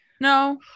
No